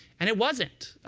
and it wasn't.